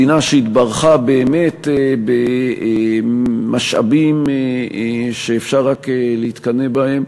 מדינה שהתברכה באמת במשאבים שאפשר רק להתקנא בה עליהם.